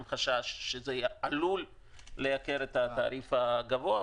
חשש שזה עלול לייקר את התעריף הגבוה.